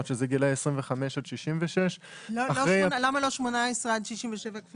שזה גילאי 25 עד 66. למה לא 18 עד 67?